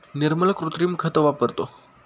निर्मल कृत्रिम खत वापरतो